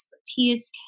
expertise